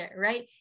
right